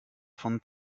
von